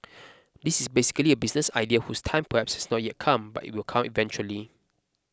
this is basically a business idea whose time perhaps has not yet come but it will come eventually